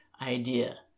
idea